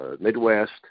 Midwest